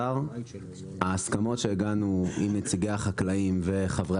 ההסכמות שהגענו עם נציגי החקלאים וחברי